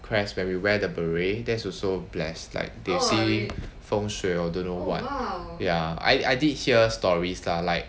crest where we wear the beret that's also blessed like they see 风水 or don't know what ya I I did hear stories lah like